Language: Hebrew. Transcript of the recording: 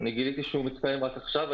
אני גיליתי שהוא מתקיים רק עכשיו.